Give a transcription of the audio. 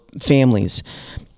families